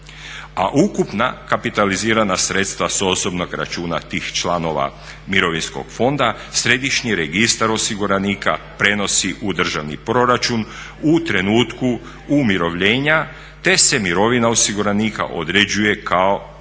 A ukupna kapitalizirana sredstva sa osobnog računa tih članova Mirovinskog fonda središnji registar osiguranika prenosi u državni proračun u trenutku umirovljenja, te se mirovina osiguranika određuje kao